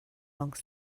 among